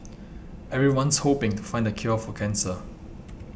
everyone's hoping to find the cure for cancer